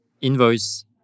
invoice